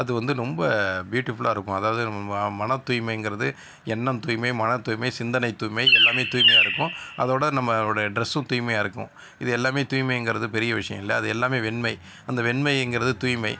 அது வந்து நொம்ப பியூட்டிஃபுல்லாக இருக்கும் அதாவது நம்ம ம மனத் தூய்மைங்கறது எண்ணம் தூய்மை மனத் தூய்மை சிந்தனை தூய்மை எல்லாமே தூய்மையாக இருக்கும் அதோட நம்மளோட ட்ரெஸ்ஸும் தூய்மையாக இருக்கும் இது எல்லாமே தூய்மைங்கிறது பெரிய விஷயம் இல்லை அது எல்லாமே வெண்மை அந்த வெண்மைங்கிறது தூய்மை